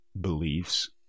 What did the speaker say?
beliefs